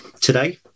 today